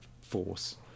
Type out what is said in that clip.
force